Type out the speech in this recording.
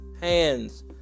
hands